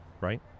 right